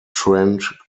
trent